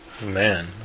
Man